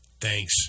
Thanks